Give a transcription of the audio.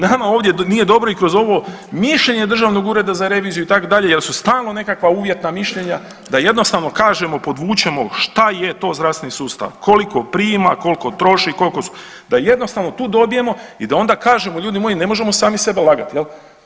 Nama ovdje nije dobro i kroz ovo mišljenje Državnog ureda za reviziju itd. jer su stalno nekakva uvjetna mišljenja da jednostavno kažemo, podvučemo šta je to zdravstveni sustav, koliko prima, koliko troši, koliko su da jednostavno tu dobijemo i da onda kažemo ljudi moji ne možemo sami sebe lagat jel.